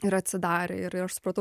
ir atsidarė ir ir aš supratau